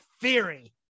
Theory